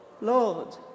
Lord